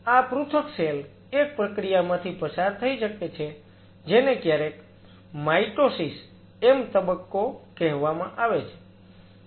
આ પૃથક સેલ એક પ્રક્રિયામાંથી પસાર થઈ શકે છે જેને ક્યારેક માયટોસિસ M તબક્કો કહેવામાં આવે છે